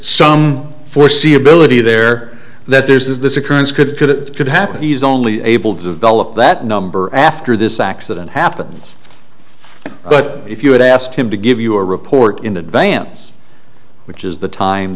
some foreseeability there that there is this occurrence could could it could happen he's only able to develop that number after this accident happens but if you had asked him to give you a report in advance which is the time